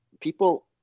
people